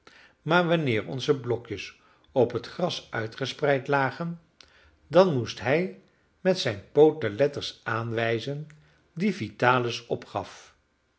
maar wanneer onze blokjes op het gras uitgespreid lagen dan moest hij met zijn poot de letters aanwijzen die vitalis opgaf